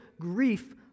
grief